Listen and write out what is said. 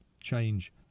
Change